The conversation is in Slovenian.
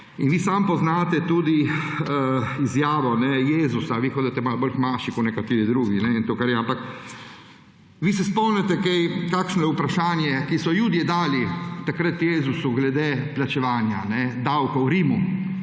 in vi sami poznate tudi izjavo Jezusa, vi hodite malo bolj k maši kot nekateri drugi, in se spomnite vprašanja, ki so ga Judje dali takrat Jezusu glede plačevanja davkov v Rimu.